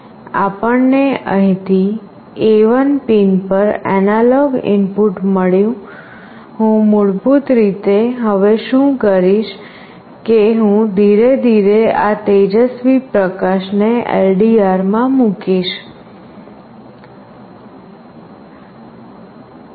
તેથી આપણને અહીંથી A1 પિન પર એનાલોગ ઇનપુટ મળ્યું હું મૂળભૂત રીતે હવે શું કરીશ કે હું ધીરે ધીરે આ તેજસ્વી પ્રકાશને LDR માં મૂકીશ આ